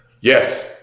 Yes